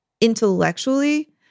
intellectually